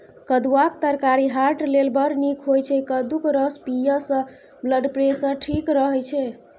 कद्दुआक तरकारी हार्ट लेल बड़ नीक होइ छै कद्दूक रस पीबयसँ ब्लडप्रेशर ठीक रहय छै